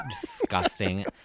Disgusting